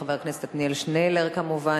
חבר הכנסת עתניאל שנלר כמובן,